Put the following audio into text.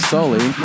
Sully